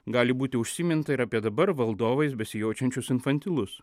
gali būti užsiminta ir apie dabar valdovais besijaučiančius infantilus